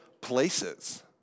places